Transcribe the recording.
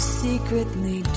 secretly